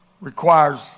Requires